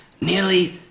nearly